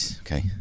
Okay